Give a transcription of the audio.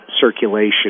circulation